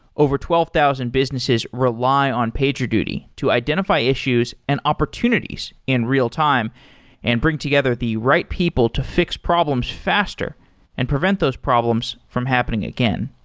over twelve thousand businesses rely on pagerduty to identify issues and opportunities in real time and bring together the right people to fix problems faster and prevent those problems from happening again.